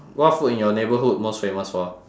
what food in your neighborhood most famous for